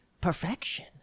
perfection